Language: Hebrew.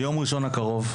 ביום ראשון הקרוב,